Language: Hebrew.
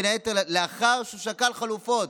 בין היתר לאחר ששקל חלופות,